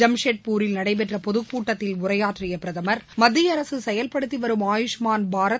ஜாம்ஷெட்பூரில் நடைபெற்ற பொதுக்கூட்டத்தில் உரையாற்றிய பிரதமர் மத்திய அரசு செயல்படுத்தி வரும் ஆயூஷ்மான் பாரத்